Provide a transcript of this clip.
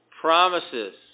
promises